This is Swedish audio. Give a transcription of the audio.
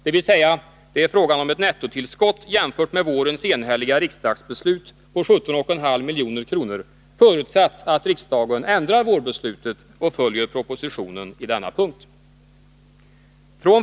Dvs. det är fråga om ett nettotillskott jämfört med vårens enhälliga riksdagsbeslut på 17,5 milj.kr., förutsatt att riksdagen ändrar vårbeslutet och följer propositionen på denna punkt.